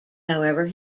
however